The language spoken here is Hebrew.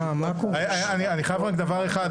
אני חייב רק דבר אחד,